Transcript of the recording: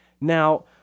Now